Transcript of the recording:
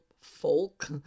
folk